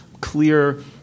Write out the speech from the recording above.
clear